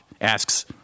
Asks